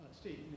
Steve